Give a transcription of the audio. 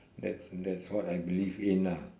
that's that's what I believe in ah